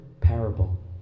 parable